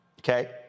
okay